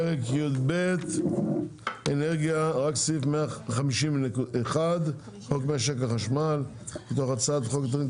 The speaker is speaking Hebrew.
פרק י"ב אנרגיה רק סעיף 50(1) (חוק משק החשמל) מתוך הצעת התוכנית